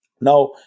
Now